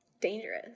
dangerous